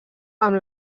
amb